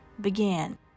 began